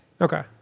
Okay